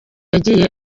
yagiye